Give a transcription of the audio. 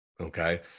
okay